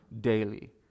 daily